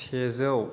सेजौ